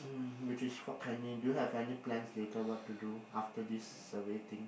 mm which is Fort-Canning do you have any plan later what to do after this survey thing